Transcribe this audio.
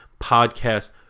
podcast